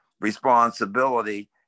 responsibility